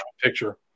picture